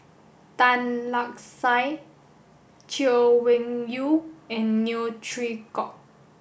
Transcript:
Tan Lark Sye Chay Weng Yew and Neo Chwee Kok